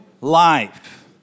life